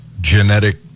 genetic